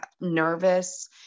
nervous